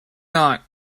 not